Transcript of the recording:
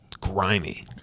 Grimy